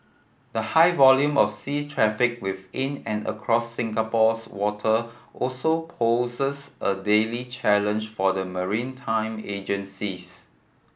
the high volume of sea traffic within and across Singapore's water also poses a daily challenge for the maritime agencies